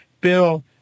Bill